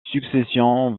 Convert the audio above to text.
succession